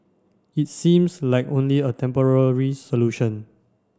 it seems like only a temporary solution